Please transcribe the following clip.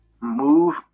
Move